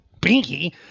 Binky